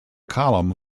column